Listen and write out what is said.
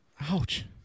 Ouch